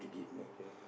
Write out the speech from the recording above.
okay